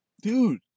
Dude